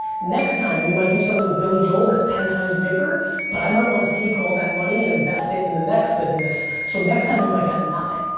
next time we might do something with billy joel that's ten times bigger but i might want to take all that money and invest it in the next business. so next time you might get nothing.